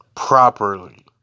Properly